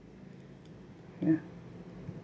yeah